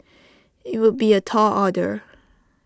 IT would be A tall order